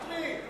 שטרית,